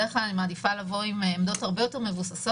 בדרך כלל אני מעדיפה לבוא עם עמדות הרבה יותר מבוססות.